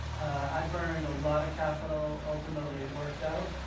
i burned a lot of capital. ultimately, it worked out,